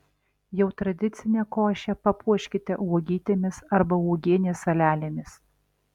jau tradicinę košę papuoškite uogytėmis arba uogienės salelėmis